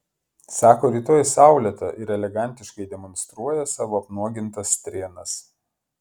sako rytoj saulėta ir elegantiškai demonstruoja savo apnuogintas strėnas